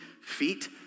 feet